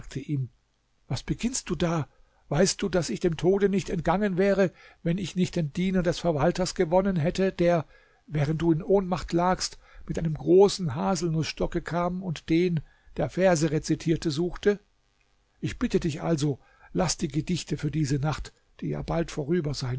was beginnst du da weißt du daß ich dem tode nicht entgangen wäre wenn ich nicht den diener des verwalters gewonnen hätte der während du in ohnmacht lagst mit einem großen haselnußstocke kam und den der verse rezitierte suchte ich bitte dich also laß die gedichte für diese nacht die ja bald vorüber